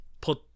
put